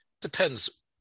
Depends